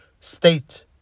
state